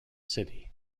city